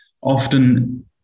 often